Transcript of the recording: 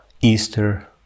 Easter